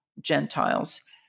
Gentiles